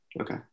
Okay